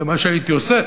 זה מה שהייתי עושה